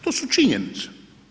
To su činjenice.